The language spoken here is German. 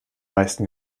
meisten